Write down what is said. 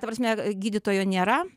ta prasme gydytojo nėra